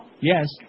Yes